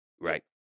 Right